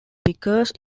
because